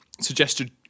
suggested